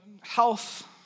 health